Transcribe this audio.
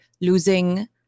losing